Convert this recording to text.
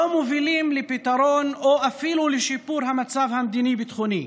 לא מובילים לפתרון או אפילו לשיפור המצב המדיני-ביטחוני.